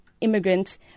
immigrants